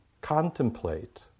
contemplate